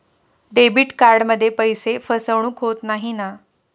Debit कार्डमध्ये पैसे फसवणूक होत नाही ना?